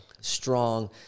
strong